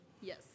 Yes